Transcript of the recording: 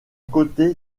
côté